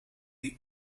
die